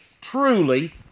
truly